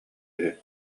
үһү